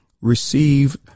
receive